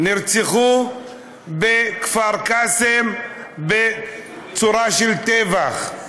הם נרצחו בכפר קאסם בצורה של טבח,